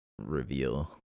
reveal